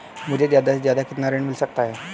मुझे ज्यादा से ज्यादा कितना ऋण मिल सकता है?